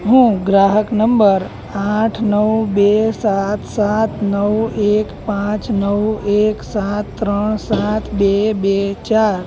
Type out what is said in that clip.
હું ગ્રાહક નંબર આઠ નવ બે સાત સાત નવ એક પાંચ નવ એક સાત ત્રણ સાત બે બે ચાર